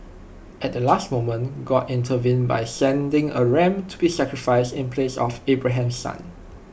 at the last moment God intervened by sending A ram to be sacrificed in place of Abraham's son